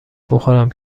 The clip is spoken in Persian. بخورم